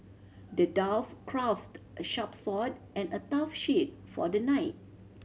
the dwarf crafted a sharp sword and a tough shield for the knight